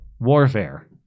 warfare